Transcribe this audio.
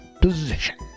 position